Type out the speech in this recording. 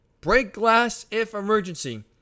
break-glass-if-emergency